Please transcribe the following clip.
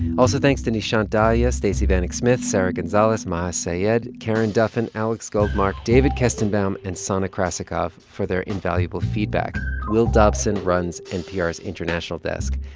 also, thanks to nishant dahiya, stacey vanek smith, sarah gonzalez, maha saeed, karen duffin and alex goldmark, david kestenbaum and sana krasikov for their invaluable feedback. will dobson runs npr's international desk.